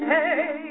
Hey